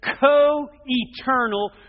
co-eternal